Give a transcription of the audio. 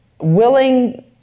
willing